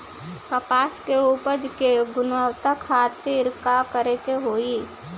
कपास के उपज की गुणवत्ता खातिर का करेके होई?